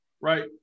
right